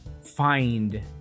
Find